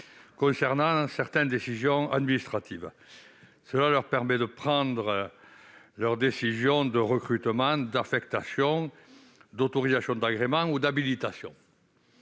pour certaines décisions administratives. Ces informations leur permettent de prendre des décisions de recrutement, d'affectation, d'autorisation d'agrément ou d'habilitation.